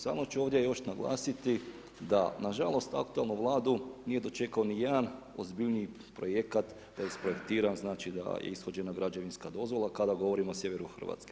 Samo ću ovdje još naglasiti da na žalost aktualnu Vladu nije dočekao niti jedan ozbiljniji projekat koji je isprojektiran, znači da je ishođena građevinska dozvola kada govorimo o sjeveru Hrvatske.